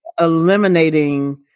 eliminating